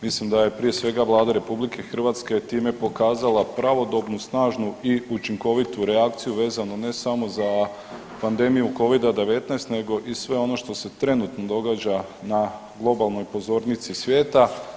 Mislim da je prije svega Vlada RH time pokazala pravodobnu, snažnu i učinkovitu reakciju vezano ne samo za pandemiju covida-10 nego i sve ono što se trenutno događa na globalnoj pozornici svijeta.